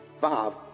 five